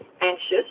anxious